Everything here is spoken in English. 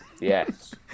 Yes